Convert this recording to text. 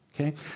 okay